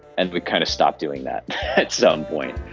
and we kind of stop doing that at some point.